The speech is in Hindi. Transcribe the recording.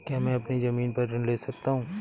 क्या मैं अपनी ज़मीन पर ऋण ले सकता हूँ?